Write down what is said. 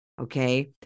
okay